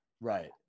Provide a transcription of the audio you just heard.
Right